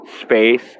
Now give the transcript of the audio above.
Space